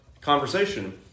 conversation